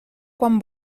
quan